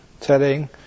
telling